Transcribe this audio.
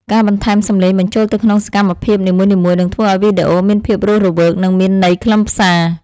ការបន្ថែមសម្លេងបញ្ចូលទៅក្នុងសកម្មភាពនីមួយៗនឹងធ្វើឱ្យវីដេអូមានភាពរស់រវើក និង មានន័យខ្លឹមសារ។